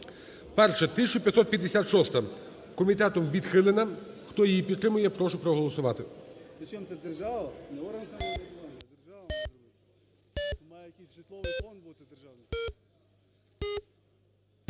Перша. 1556-а. Комітетом відхилена. Хто її підтримує, прошу проголосувати.